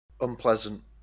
unpleasant